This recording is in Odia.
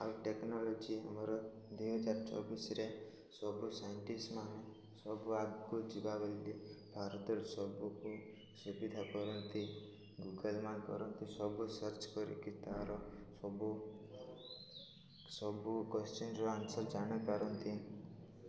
ଆଉ ଟେକ୍ନୋଲୋଜି ଆମର ଦୁଇ ହଜାର ଚବିଶରେ ସବୁ ସାଇଣ୍ଟିଷ୍ଟ ମାନେ ସବୁ ଆଗକୁ ଯିବା ବୋଲି ଭାରତରେ ସବୁକୁ ସୁବିଧା କରନ୍ତି ଗୁଗଲ୍ କରନ୍ତି ସବୁ ସର୍ଚ୍ଚ କରିକି ତା'ର ସବୁ ସବୁ କୋଶ୍ଚିନ୍ର ଆନ୍ସର୍ ଜାଣିପାରନ୍ତି